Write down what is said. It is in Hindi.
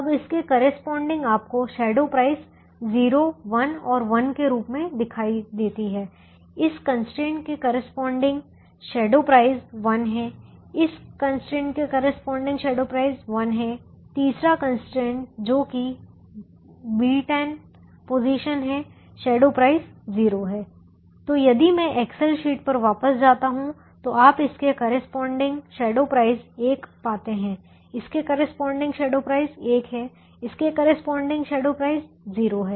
अब इसके करेस्पॉन्डिंग आपको शैडो प्राइस 0 1 और 1 के रूप में दिखाई देती है इस कंस्ट्रेंट के करेस्पॉन्डिंग शैडो प्राइस 1 है इस कंस्ट्रेंट के करेस्पॉन्डिंग शैडो प्राइस 1 है तीसरा कंस्ट्रेंट जो कि B10 पोजीशन है शैडो प्राइस 0 है तो यदि मैं एक्सेल शीट पर वापस जाता हूं तो आप इसके करेस्पॉन्डिंग शैडो प्राइस 1 पाते हैं इसके करेस्पॉन्डिंग शैडो प्राइस 1 है इसके करेस्पॉन्डिंग शैडो प्राइस 0 है